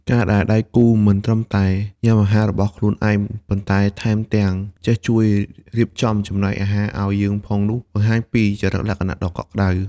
ការដែលដៃគូមិនត្រឹមតែញ៉ាំអាហាររបស់ខ្លួនឯង ប៉ុន្តែថែមទាំងចេះជួយរៀបចំចំណែកអាហារឱ្យយើងផងនោះ បង្ហាញពីចរិតលក្ខណៈដ៏កក់ក្ដៅ។